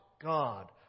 God